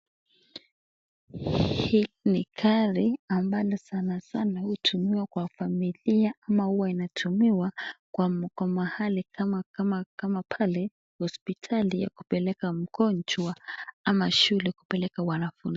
Hii ni gari ambalo sanasana hutumiwa kwa familia ama huwa inatumiwa kwa mahali kama pale hospitali ya kupeleka mgonjwa ama shule kupeleka wanafunzi.